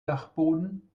dachboden